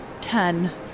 Ten